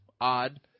odd